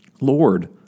Lord